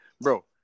bro